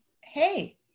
Hey